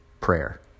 prayer